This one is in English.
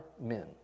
men